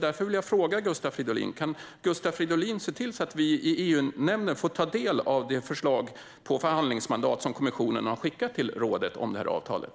Därför vill jag fråga Gustav Fridolin: Kan Gustav Fridolin se till att vi i EU-nämnden får ta del av det förslag till förhandlingsmandat som kommissionen har skickat till rådet vad gäller det här avtalet?